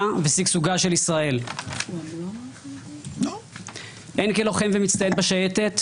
ושגשוגה של ישראל: הן כלוחם ומצטיין שייטת,